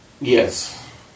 Yes